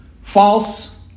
false